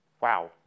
Wow